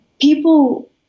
People